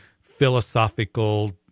philosophical